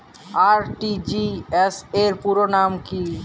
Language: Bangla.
আর.টি.জি.এস র পুরো নাম কি?